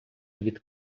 від